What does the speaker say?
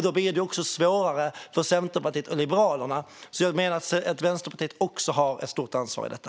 Då blir det svårare för Centerpartiet och Liberalerna, så jag menar att Vänsterpartiet också har ett stort ansvar i detta.